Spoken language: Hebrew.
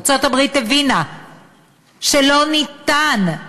ארצות-הברית הבינה שלא ניתן,